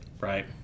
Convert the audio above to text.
right